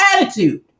attitude